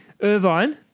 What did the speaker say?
Irvine